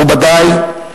מכובדי,